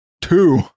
Two